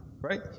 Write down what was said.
right